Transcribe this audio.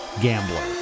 gambler